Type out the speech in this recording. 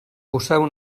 poseu